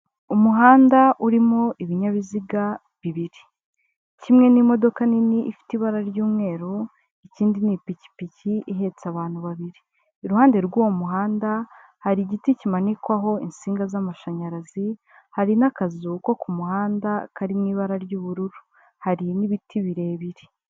Umuhanda urimo ibinyabiziga bibiri: kimwe ni modoka nini ifite ibara ry'umweru, ikindi ni ipikipiki ihetse abantu babiri. Iruhande rw'uwo muhanda hari igiti kimanikwaho insinga z'amashanyarazi, hari n'akazu ko ku muhanda karimo ibara ry'ubururu, hari n'ibiti birebire.